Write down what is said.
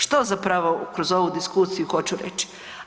Što zapravo kroz ovu diskusiju hoću reći?